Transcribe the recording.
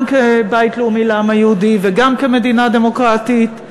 גם כבית לאומי לעם היהודי וגם כמדינה דמוקרטית,